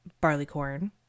Barleycorn